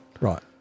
Right